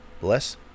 Bless